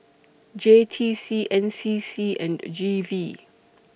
J T C N C C and G V